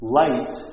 light